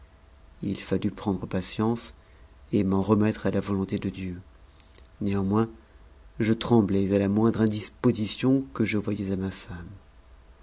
ït fallut prendre patience et m'eu rp mettre à la volonté de dieu néanmoins je tremblais à la moindre indisposition que je voyais à ma femme